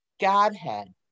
godhead